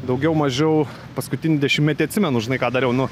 daugiau mažiau paskutinį dešimtmetį atsimenu žinai ką dariau nu